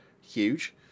huge